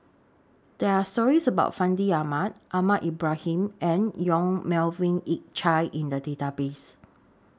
There Are stories about Fandi Ahmad Ahmad Ibrahim and Yong Melvin Yik Chye in The Database